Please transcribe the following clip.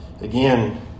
Again